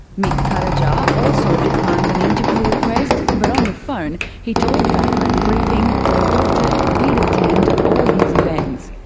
mick cutajar also declined an interview request, but on the phone he told background briefing that a doctor did attend all his events.